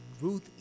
Ruth